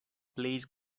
please